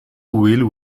will